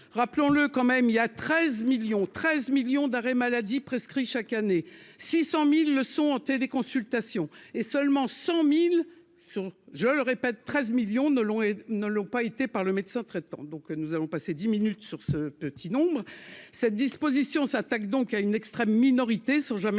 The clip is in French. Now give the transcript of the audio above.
rappelons-le quand même, il y a 13 millions 13 millions d'arrêts maladie prescrits chaque année 600000 leçon en consultations et seulement 100000 sont, je le répète, 13 millions ne l'ne l'ont pas été par le médecin traitant, donc nous allons passer dix minutes sur ce petit nombre cette disposition s'attaque donc à une extrême minorité sont jamais